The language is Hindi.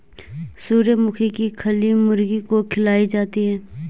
सूर्यमुखी की खली मुर्गी को खिलाई जाती है